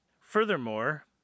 Furthermore